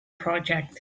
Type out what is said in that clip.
project